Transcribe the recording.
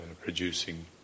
producing